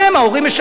ההורים משלמים,